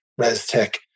ResTech